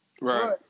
Right